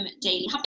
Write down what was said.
daily